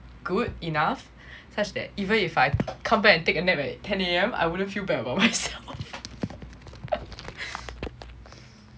good enough such that even if I come back and take a nap at ten A_M I wouldn't feel bad about myself